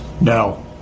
No